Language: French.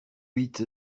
huit